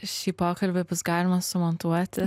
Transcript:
šį pokalbį bus galima sumontuoti